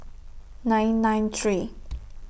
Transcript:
nine nine three